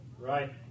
Right